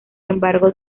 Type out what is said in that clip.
embargo